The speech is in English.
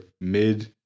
mid